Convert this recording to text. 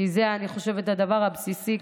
כי אני חושבת שזה הדבר הבסיסי,